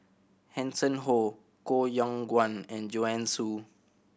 Hanson Ho Koh Yong Guan and Joanne Soo